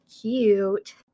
Cute